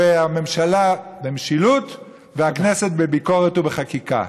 הממשלה, במשילות והכנסת, בביקורת ובחקיקה.